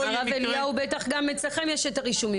הרבה אליהו בטח גם אצלכם יש את הרישומים.